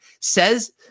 says